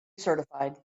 certified